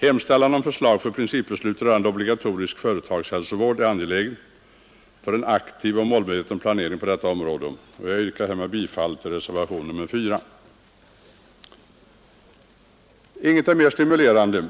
Hemställan om förslag till principbeslut rörande obligatorisk företagshälsovård är angelägen med tanke på en aktiv och målmedveten planering på detta område, och jag yrkar härmed bifall till reservationen 4. Inget är mer stimulerande